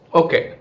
okay